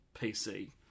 PC